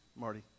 Marty